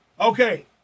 Okay